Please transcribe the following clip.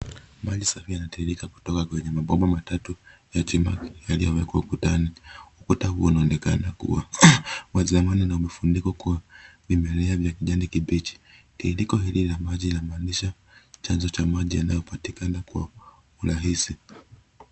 Maji safi yanatiririka kutoka kwenye mabomba matatu ya chuma yaliyowekwa ukutani. Ukuta huo unaonekana kuwa wa zamani na umefunikwa kwa vimelea vya kijani kibichi. Tiririko hili la maji lamaanisha chanzo cha maji yanayopatikana kwa urahisi.